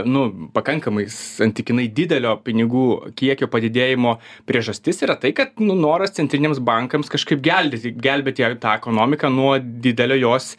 nu pakankamai santykinai didelio pinigų kiekio padidėjimo priežastis yra tai kad nu noras centriniams bankams kažkaip gelbėti gelbėti tą ekonomiką nuo didelio jos